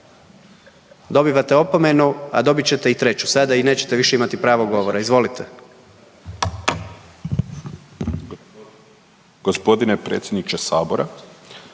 Dobivate opomenu, a dobit ćete i treću sada i nećete više imati pravo govora. Izvolite.